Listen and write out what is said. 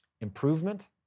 improvement